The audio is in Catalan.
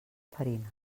farina